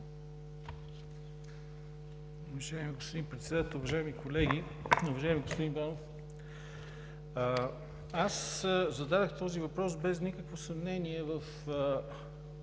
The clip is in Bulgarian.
Уважаеми господин Председател, уважаеми колеги! Уважаеми господин Банов, зададох този въпрос без никакво съмнение във